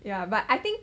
ya but I think